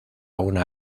una